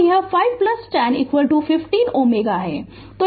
तो यह 510 15 Ω है